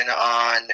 on